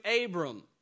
Abram